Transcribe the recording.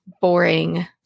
boring